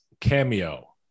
Cameo